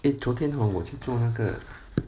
eh 昨天 hor 我去做那个